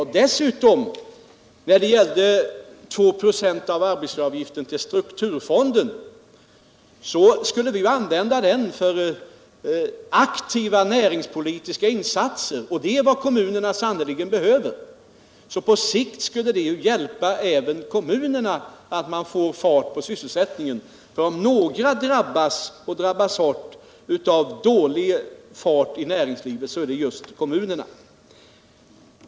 Vad sedan gäller de två procenten av arbetsgivaravgiften till strukturfonden, så vill vi ju använda den till aktiva näringspolitiska insatser, och det är vad kommunerna sannerligen behöver. På sikt skulle ju även kommunerna bli hjälpta av att man får fart på sysselsättningen, för om några drabbas — och drabbas hårt — av låg aktivitet inom näringslivet så är det just kommunerna.